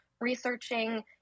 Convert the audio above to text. researching